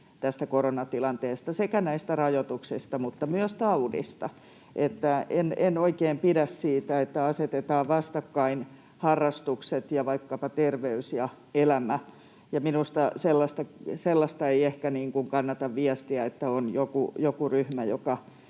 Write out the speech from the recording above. suomalainen, sekä näistä rajoituksista että myös taudista. En oikein pidä siitä, että asetetaan vastakkain harrastukset ja vaikkapa terveys ja elämä, ja minusta sellaista ei ehkä kannata viestiä, että on joku ryhmä,